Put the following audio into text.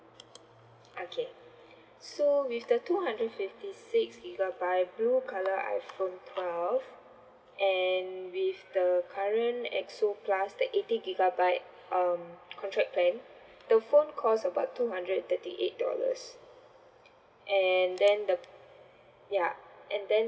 okay so with the two hundred fifty six gigabyte blue colour iphone twelve and with the current X_O plus the eighty gigabyte um contract plan the phone cost about two hundred and thirty eight dollars and then the ya and then